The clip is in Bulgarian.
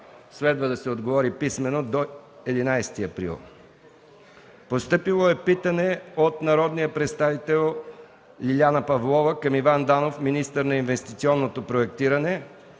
Следва да се отговори писмено до 11 април 2014 г.; - народния представител Лиляна Павлова към Иван Данов – министър на инвестиционното проектиране,